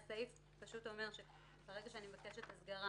הסעיף פשוט אומר שברגע שאני מבקשת הסגרה